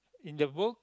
in the book